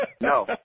No